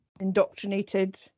indoctrinated